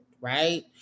right